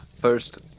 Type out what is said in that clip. First